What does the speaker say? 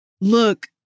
look